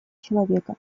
человека